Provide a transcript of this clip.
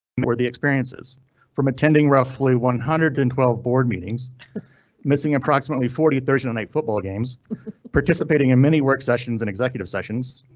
or the experiences from attending roughly one hundred and twelve board meetings missing approximately forty thursday night football games participating in many work sessions and executive sessions,